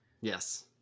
yes